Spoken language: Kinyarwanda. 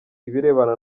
ibirebana